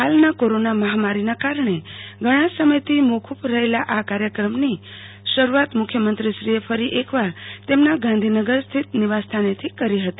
હાલમા corona મહામારીના કારણે ઘણાં સમયથી મોકુફ રહેતા આ કાર્યકમની શરૂઆત મુખ્યમંત્રી શ્રીએ ફરી એકવાર તેમના ગાંધીનગર સ્થિત નિવાસસ્થાનેથી કરી હતી